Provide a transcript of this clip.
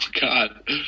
God